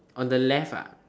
on the left ah